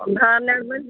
ಅಂದ್ರೆ ಹನ್ನೆರಡು ಮಂದಿ